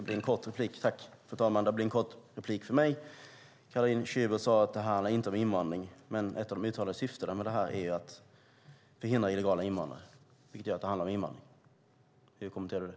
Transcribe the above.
Fru talman! Det blir en kort replik för mig. Caroline Szyber sade att det inte handlar om invandring. Men ett av de uttalade syftena med det här är att förhindra illegala invandrare, vilket gör att det handlar om invandrare. Hur kommenterar du det?